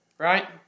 right